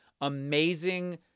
amazing